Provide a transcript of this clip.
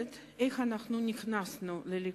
איך נכנסנו לליכוד.